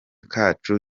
kacu